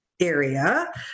area